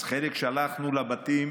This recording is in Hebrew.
אז חלק שלחנו לבתים